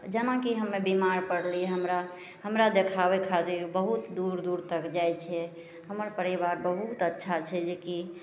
जेनाकि हमे बेमार पड़लिए हमरा हमरा देखाबै खातिर बहुत दूर दूर तक जाइ छै हमर परिवार बहुत अच्छा छै जेकि